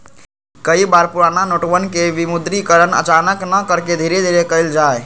कई बार पुराना नोटवन के विमुद्रीकरण अचानक न करके धीरे धीरे कइल जाहई